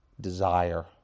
desire